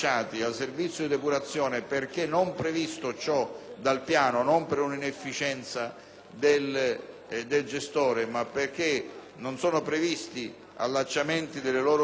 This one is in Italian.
del gestore, ma perché non sono previsti allacciamenti delle loro zone e delle loro utenze al servizio di depurazione), dovranno comunque corrispondere un